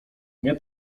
nie